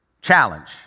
challenge